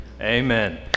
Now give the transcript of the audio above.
amen